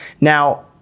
Now